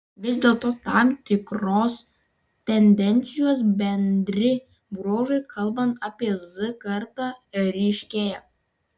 vis dėlto tam tikros tendencijos bendri bruožai kalbant apie z kartą ryškėja